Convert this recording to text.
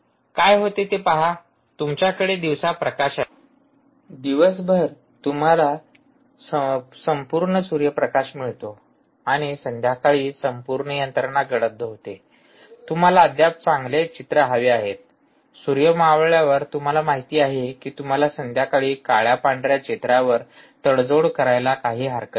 काय होते ते पहा तुमच्याकडे दिवसा प्रकाश आहे दिवसभर तुम्हाला संपूर्ण सूर्यप्रकाश मिळतो आणि संध्याकाळी संपूर्ण यंत्रणा गडद होते तुम्हाला अद्याप चांगले चित्र हवे आहेत सूर्य मावळल्यावर तुम्हाला माहिती आहे की तुम्हाला संध्याकाळी काळ्या पांढर्या चित्रांवर तडजोड करायला काही हरकत नाही